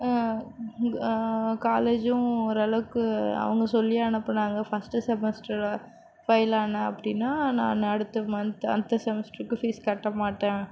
காலேஜும் ஓரளவுக்கு அவங்க சொல்லியே அனுப்பினாங்க ஃபர்ஸ்ட் செமஸ்டர் ஃபெயிலானேன் அப்படின்னா நான் அடுத்த மன்த்து அடுத்த செமஸ்டருக்கு ஃபீஸ் கட்ட மாட்டேன்